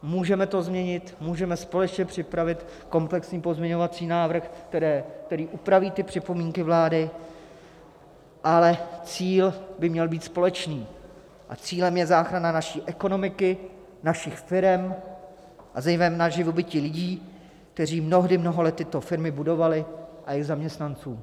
Můžeme to změnit, můžeme společně připravit komplexní pozměňovací návrh, který upraví připomínky vlády, ale cíl by měl být společný a cílem je záchrana naší ekonomiky, našich firem, a zejména živobytí lidí, kteří mnohdy mnoho let tyto firmy budovali, a jejich zaměstnanců.